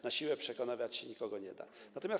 Na siłę przekonać się nikogo nie da.